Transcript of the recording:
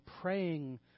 praying